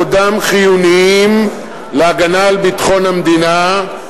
עודם חיוניים להגנה על ביטחון המדינה,